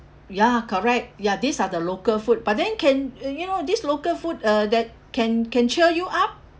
ya correct ya these are the local food but then can uh you know this local food uh that can can cheer you up